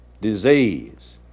disease